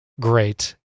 great